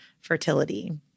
fertility